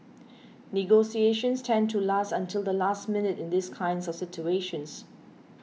negotiations tend to last until the last minute in these kind of situations